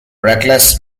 reckless